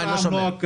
אין נוהג כזה.